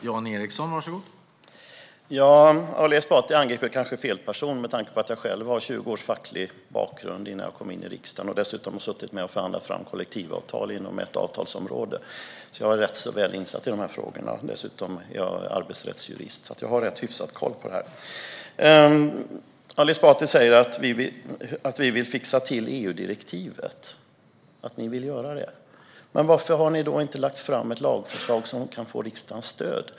Herr talman! Ali Esbati angriper kanske fel person med tanke på att jag hade 20 års facklig bakgrund när jag kom in i riksdagen. Jag har dessutom varit med och förhandlat fram kollektivavtal inom ett avtalsområde. Jag är därför väl insatt i dessa frågor. Dessutom är jag arbetsrättsjurist. Jag har alltså hyfsad koll på detta. Ali Esbati säger att ni vill fixa till EU-direktivet. Varför har ni då inte lagt fram ett lagförslag som kan få riksdagens stöd?